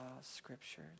scripture